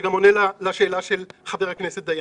וזה גם עונה לשאלה של חבר הכנסת דיין.